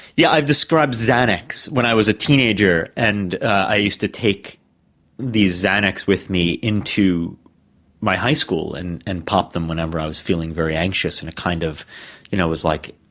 yeah i've described xanax. when i was a teenager and i used to take these xanax with me into my high school and and pop them when um i was feeling very anxious and it kind of you know was like